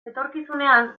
etorkizunean